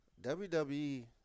WWE